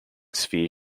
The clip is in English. sphere